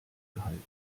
gehalten